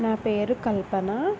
నా పేరు కల్పన